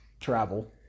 travel